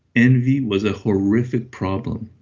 envy was a horrific problem.